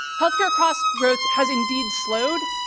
health care cost growth has indeed slowed,